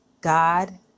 God